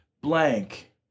Blank